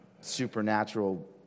supernatural